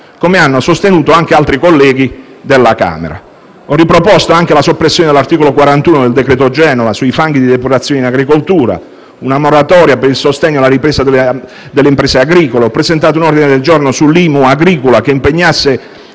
come hanno sostenuto anche altri colleghi della Camera. Ho riproposto anche la soppressione all'articolo 41 del decreto-legge Genova sui fanghi di depurazione in agricoltura, una moratoria per il sostegno alla ripresa delle imprese agricole; ho presentato un ordine del giorno sull'IMU agricola che impegnasse